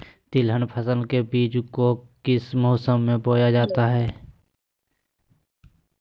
तिलहन फसल के बीज को किस मौसम में बोया जाता है?